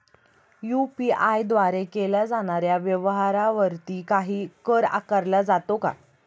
UPI द्वारे केल्या जाणाऱ्या व्यवहारावरती काही कर आकारला जातो का?